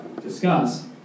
discuss